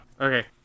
okay